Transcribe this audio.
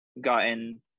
gotten